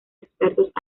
expertos